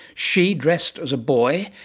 she dressed as a boy,